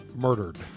murdered